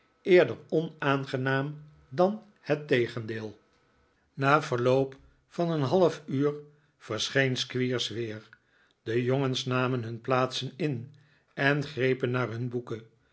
eerder onaangenaam dan het tegendeel na verloop van een half uur verscheen squeers weer de jongens namen hun plaatsen in en grepen naar hun boeken